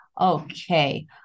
Okay